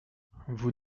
vous